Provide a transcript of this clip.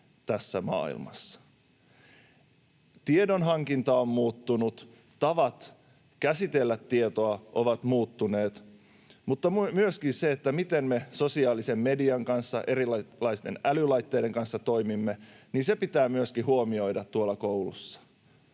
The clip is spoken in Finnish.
tässä maailmassa. Tiedonhankinta on muuttunut, tavat käsitellä tietoa ovat muuttuneet, mutta myöskin se, miten me sosiaalisen median kanssa, erilaisten älylaitteiden kanssa toimimme, pitää huomioida tuolla koulussa.